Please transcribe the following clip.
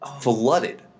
flooded